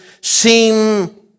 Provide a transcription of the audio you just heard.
seem